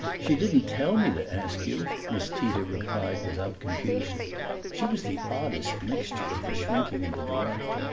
she didn't tell me to ask you, miss tita replied without confusion she was the oddest mixture of the shrinking and the direct.